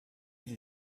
sie